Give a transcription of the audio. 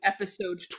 episode